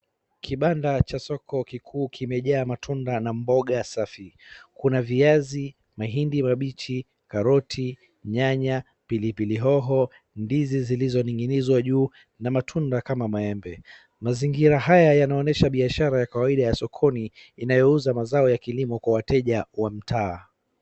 Kibanda cha soko kikuu kimejaa matunda na mboga safi. Kuna viazi, mahindi mabichi, karoti, nyanya, pilipili hoho, ndizi zilizoning'inizwa juu na matunda kama maembe. Mazingira haya yanaonyesha biashara ya kawaida ya sokoni inayouza mazao ya kilimo kwa wateja wa mtaa.